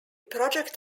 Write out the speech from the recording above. project